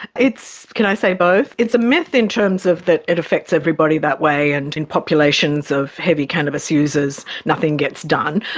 it's, can i say both? it's a myth in terms of that it affects everybody that way and in populations of heavy cannabis users nothing gets done.